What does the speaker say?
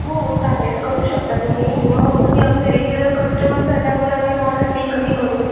हो चालेल करू शकता तुम्ही मग तुम्ही आमचे रेग्युलर कस्टमर झाल्यावर आम्ही तुम्हाला फी कमी करू